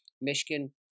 Michigan